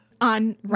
on